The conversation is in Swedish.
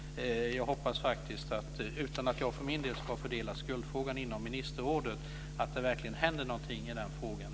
Jag hoppas faktiskt, utan att jag för min del ska fördela skuldfrågan inom ministerrådet, att det verkligen händer någonting i den här frågan.